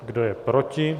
Kdo je proti?